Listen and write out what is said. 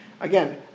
Again